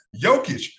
Jokic